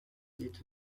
into